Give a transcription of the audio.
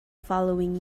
following